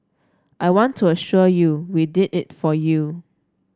I want to assure you we did it for you